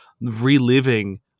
reliving